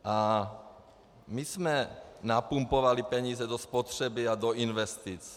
A my jsme napumpovali peníze do spotřeby a do investic.